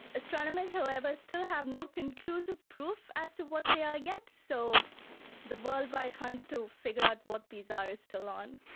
astronomers however still have no conclusive proof as to what they are yet, so the worldwide hunt to figure out what these are is still on.